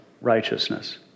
righteousness